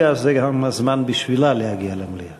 כי יש לנו שתי שאילתות שסגנית שר הפנים פניה קירשנבאום אמורה לענות